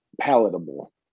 palatable